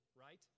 right